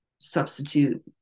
substitute